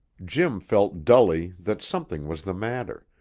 jim felt dully that something was the matter,